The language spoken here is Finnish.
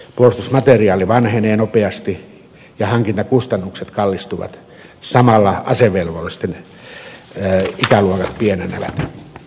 puolustusmateriaali vanhenee nopeasti ja hankintakustannukset kallistuvat samalla asevelvollisten ikäluokat pienenevät